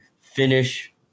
finish